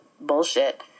bullshit